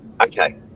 okay